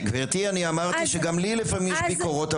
גברתי, אני אמרתי שגם לי לפעמים יש ביקורות.